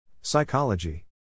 Psychology